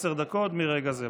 עשר דקות מרגע זה.